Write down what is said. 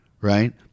right